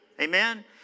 Amen